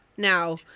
Now